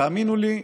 תאמינו לי,